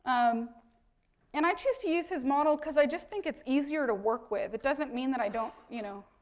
um and i choose to use his model because i just think it's easier to work with. it doesn't mean that i don't, you know,